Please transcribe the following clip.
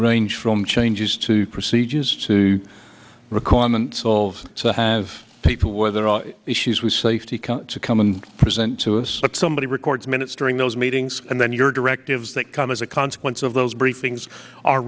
range from changes to procedures to requirement solve to have people whether i issues with safety cut to come and present to us but somebody record minutes during those meetings and then your directives that come as a consequence of those briefings are